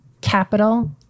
Capital